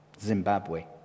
Zimbabwe